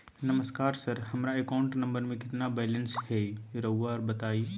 नमस्कार सर हमरा account number में कितना बैलेंस हेई राहुर बताई?